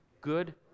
good